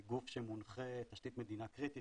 גוף תשתית מדינה קריטית,